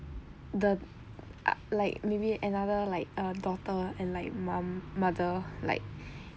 the a~ like maybe another like a daughter and like mum mother like